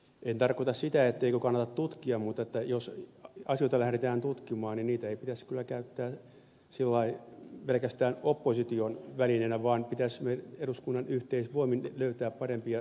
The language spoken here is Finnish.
en tarkoita sitä etteikö kannata tutkia mutta jos asioita lähdetään tutkimaan niin niitä ei pitäisi kyllä käyttää pelkästään opposition välineenä vaan pitäisi eduskunnan yhteisvoimin löytää parempia toimintatapoja